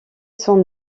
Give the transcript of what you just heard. son